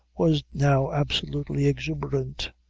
was now absolutely exuberant.